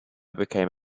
became